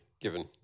given